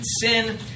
sin